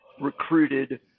recruited